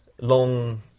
long